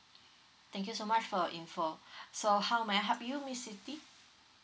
thank you so much for your info so how may I help you miss siti